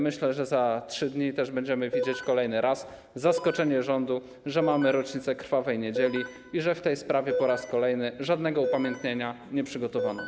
Myślę, że za 3 dni też będziemy widzieć kolejny raz zaskoczenie rządu, że mamy rocznicę krwawej niedzieli i że w tej sprawie po raz kolejny żadnego upamiętnienia nie przygotowano.